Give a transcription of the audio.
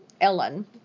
Ellen